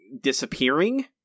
disappearing